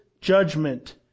judgment